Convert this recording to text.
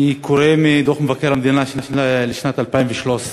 אני קורא מדוח מבקר המדינה לשנת 2013: